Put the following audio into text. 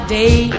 day